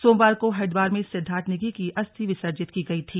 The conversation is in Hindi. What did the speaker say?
सोमवार को हरिद्वार में सिद्वार्थ नेगी की अस्थि विसर्जित की गई थी